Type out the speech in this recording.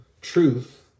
truth